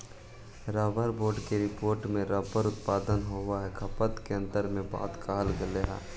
rubber board के report में rubber उत्पादन आउ खपत में अन्तर के बात कहल गेलइ हे